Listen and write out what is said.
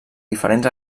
diferents